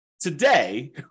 Today